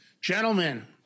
Gentlemen